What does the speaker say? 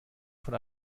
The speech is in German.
von